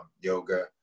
yoga